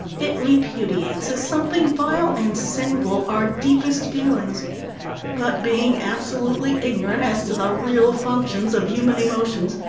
it repudiates, as something vile and sinful, our deepest feelings but being absolutely ignorant as to the real functions of human emotions,